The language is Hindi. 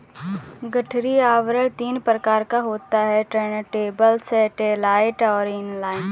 गठरी आवरण तीन प्रकार का होता है टुर्नटेबल, सैटेलाइट और इन लाइन